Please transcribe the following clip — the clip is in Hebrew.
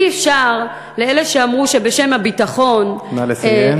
אי-אפשר, לאלה שאמרו שבשם הביטחון, נא לסיים.